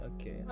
okay